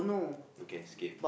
okay skip